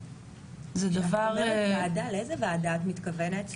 זה דבר --- כשאת אומרת ועדה לאיזה ועדה את מתכוונת?